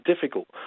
difficult